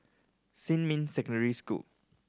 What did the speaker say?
Xinmin Secondary School